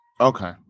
Okay